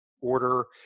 order